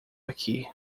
aqui